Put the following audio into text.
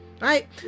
right